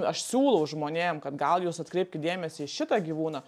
aš siūlau žmonėm kad gal jus atkreipkit dėmesį į šitą gyvūną